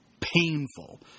painful